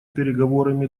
переговорами